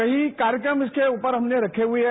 कई कार्यक्रम इसके उपर हमने रखे हुए हैं